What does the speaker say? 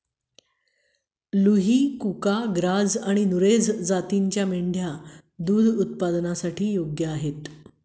लुही, कुका, ग्राझ आणि नुरेझ जातींच्या मेंढ्या दूध उत्पादनासाठी योग्य आहेत